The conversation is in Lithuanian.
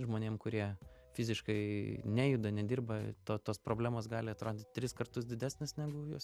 žmonėm kurie fiziškai nejuda nedirba to tos problemos gali atrodyt tris kartus didesnės negu jos